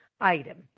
item